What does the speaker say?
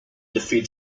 defeat